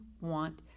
want